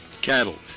cattle